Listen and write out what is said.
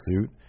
suit